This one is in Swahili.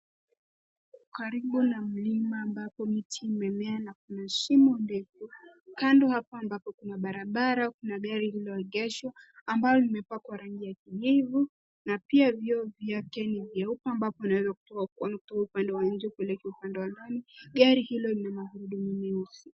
Karibu na mlima ambapo miti, mimea na kuna shimo mbili. Kando hapa ambapo kuna barabara, kuna gari lililoegeshwa ambayo imepakwa rangi ya kijivu na pia vioo vyake ni vyeupe ambapo anaweza kutoa kuelekea upande wa nje kuelekea upande wa ndani. Gari hilo lina magurudumu mieusi.